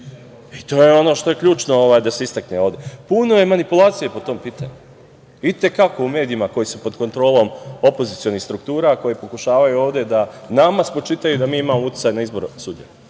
i to je ono što je ključno da se istakne ovde. Puno je manipulacije po tom pitanju i te kako u medijima koji su pod kontrolom opozicionih struktura, koje pokušavaju ovde da nama spočitaju da mi imamo uticaja na izbor sudija.